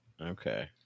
Okay